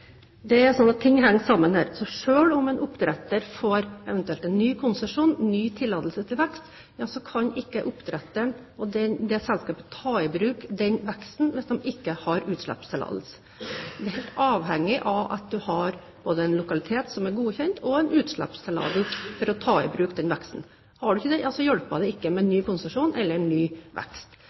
Det er slik at ting henger sammen her. Selv om en oppdretter eventuelt får en ny konsesjon, ny tillatelse til vekst, kan ikke oppdretteren og selskapet ta i bruk den veksten hvis de ikke har utslippstillatelse. En er helt avhengig av at en har både en lokalitet som er godkjent, og en utslippstillatelse for å ta i bruk den veksten. Har en ikke det, hjelper det ikke med ny konsesjon eller ny vekst.